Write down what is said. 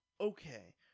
Okay